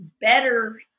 better